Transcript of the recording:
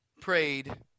prayed